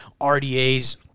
RDAs